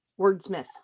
wordsmith